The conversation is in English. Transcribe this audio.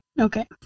Okay